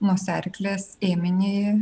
nosiaryklės ėminį